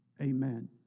Amen